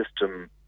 system